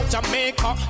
Jamaica